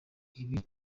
ibi